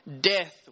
death